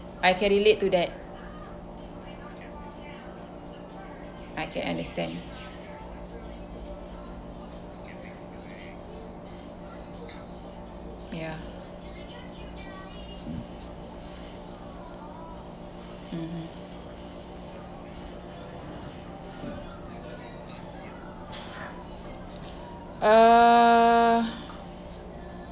I can relate to that I can understand ya mmhmm err